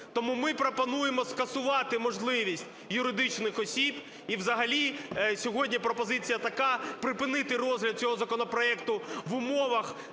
Тому ми пропонуємо скасувати можливість юридичних осіб і взагалі сьогодні пропозиція така: припинити розгляд цього законопроекту в умовах